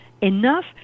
enough